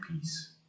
peace